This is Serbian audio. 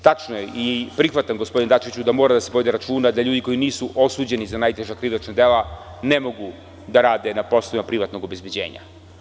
Tačno je i prihvatam, gospodine Dačiću, da mora da se povede računa da ljudi koji nisu osuđeni za najteža krivična dela ne mogu da rade na poslovima privatnog obezbeđenja.